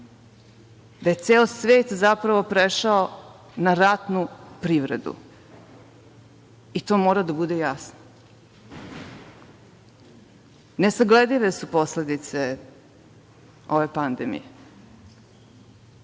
da je ceo svet zapravo prešao na ratnu privredu. To mora da bude jasno. Nesagledive su posledice ove pandemije